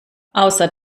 außer